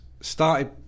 Started